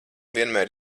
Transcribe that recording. vienmēr